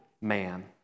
man